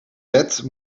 wet